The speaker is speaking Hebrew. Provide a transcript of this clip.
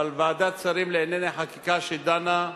אבל ועדת שרים לענייני חקיקה שדנה,